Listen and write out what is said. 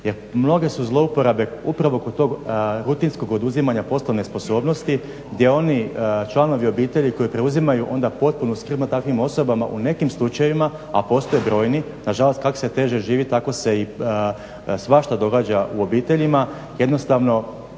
mnoge su zlouporabe upravo kod tog rutinskog oduzimanja poslovne sposobnosti gdje oni članovi obitelji koji preuzimaju onda potpunu skrb prema takvim osobama u nekim slučajevima a postoje brojni nažalost kako se teže živi tako se i svašta događa u obiteljima, jednostavno